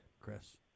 chris